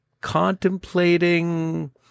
contemplating